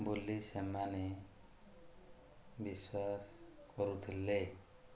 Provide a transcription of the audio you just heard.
ବୋଲି ସେମାନେ ବିଶ୍ୱାସ କରୁଥିଲେ